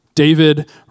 David